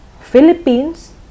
Philippines